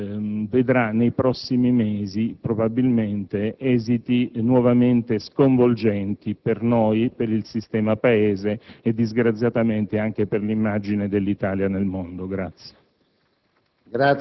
vedrà nei prossimi mesi probabilmente esiti nuovamente sconvolgenti per noi, per il sistema Paese e disgraziatamente anche per l'immagine dell'Italia nel mondo.